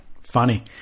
funny